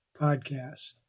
podcast